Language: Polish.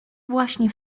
właśnie